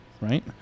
right